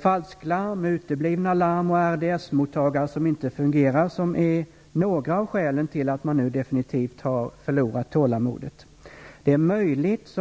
Falsklarm, uteblivna larm och RDS-mottagare som inte fungerar är några av skälen till att man nu definitivt har förlorat tålamodet. Det är möjligt